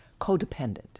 codependent